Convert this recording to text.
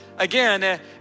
Again